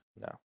no